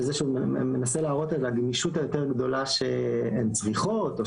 שזה שוב מנסה להראות על הגמישות היותר גדולה שהן צריכות או